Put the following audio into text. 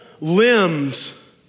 Limbs